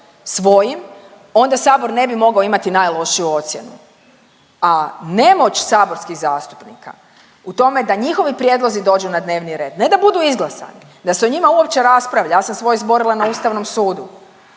svojim, onda Sabor ne bi mogao imati najlošiju ocjenu, a nemoć saborskih zastupnika u tome da njihovi prijedlozi dođu na dnevni red, ne da budu izglasani, da se o njima uopće raspravlja, ja sam svoje izborila na Ustavnom sudu,